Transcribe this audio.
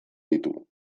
ditu